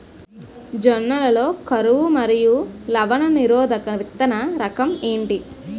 జొన్న లలో కరువు మరియు లవణ నిరోధక విత్తన రకం ఏంటి?